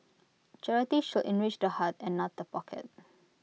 charity should enrich the heart and not the pocket